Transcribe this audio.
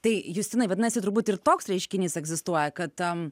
tai justinai vadinasi turbūt ir toks reiškinys egzistuoja kad tam